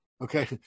Okay